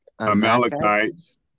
Amalekites